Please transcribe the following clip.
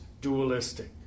dualistic